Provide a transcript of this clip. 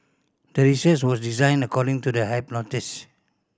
the research was designed according to the hypothesis